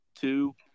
two